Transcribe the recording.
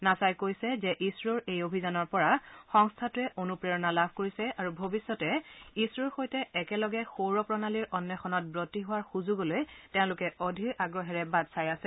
নাছাই কৈছে যে ইছৰোৰ এই অভিযানৰ পৰা সংস্থাটোৱে অনুপ্ৰেৰণা লাভ কৰিছে আৰু ভৱিষ্যতে ইছৰোৰ সৈতে একেলগে সৌৰ প্ৰণালীৰ অন্বেষণত ব্ৰতী হোৱাৰ সুযোগলৈ তেওঁলোকে অধীৰ আগ্ৰহেৰে বাট চাই আছে